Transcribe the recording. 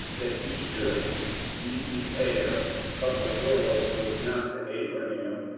that he should be the heir of the world, was not to abraham,